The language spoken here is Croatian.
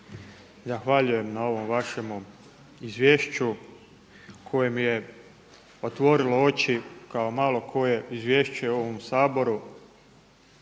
zahvaljujem na ovom vašem izvješću koje mi je otvorilo oči kao malo koje izvješće u ovom Saboru.